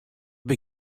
bin